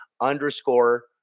underscore